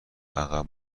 عقب